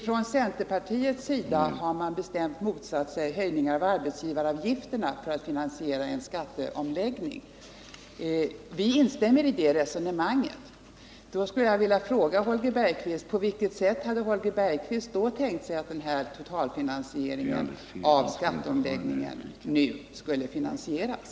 Från centerpartiets sida har man bestämt motsatt sig en höjning av arbetsgivaravgifterna för att finansiera en skatteomläggning. Vi instämmer i det resonemanget. Då skulle jag vilja fråga Holger Bergqvist: På vilket sätt har Holger Bergqvist tänkt sig att en totalfinansiering av skatteomläggningen skulle finansieras?